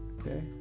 Okay